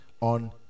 on